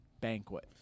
Banquet